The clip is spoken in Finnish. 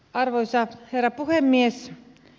arvoisa herra puhemies